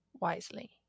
wisely